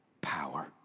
power